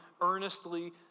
earnestly